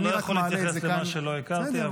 אני לא יכול להתייחס למה שלא הכרתי,